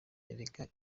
erega